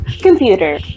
Computer